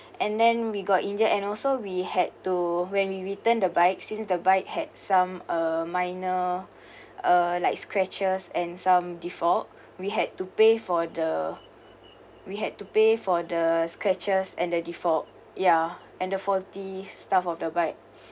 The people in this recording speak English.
and then we got injured and also we had to when we return the bike since the bike had some uh minor uh like scratches and some default we had to pay for the we had to pay for the scratches and the default ya and the faulty stuff of the bike